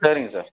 சரிங்க சார்